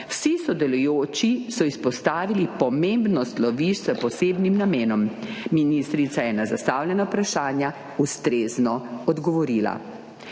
Vsi sodelujoči so izpostavili pomembnost lovišč s posebnim namenom. Ministrica je na zastavljena vprašanja ustrezno odgovorila.